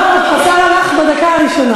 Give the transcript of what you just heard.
לא, השר הלך בדקה הראשונה.